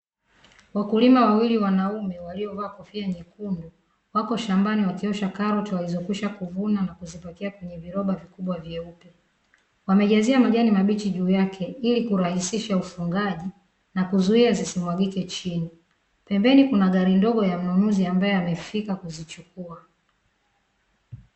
Wakulima wawili wanaume waliovaa kofia nyekundu , wako shambani wakiosha karoti walizokwisha kuvuna na kuzipakia kwenye viroba vikubwa vyeupe. Wamejazia majani mabichi juu yake, ili kurahisisha ufungaji na kuzuia zisimwagike. Pembeni kuna gari ndogo ya mnunuzi ambaye amefika kuzichukua .